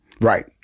Right